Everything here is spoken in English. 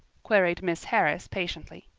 queried miss harris patiently.